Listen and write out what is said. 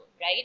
right